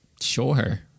Sure